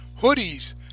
hoodies